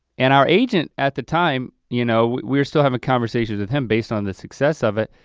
and our agent at the time, you know, we were still having conversations with him based on the success of it,